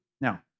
Now